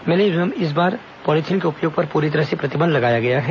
मेले में इस बार पॉलिथीन के उपयोग पर पूरी तरह से प्रतिबंध लगाया गया है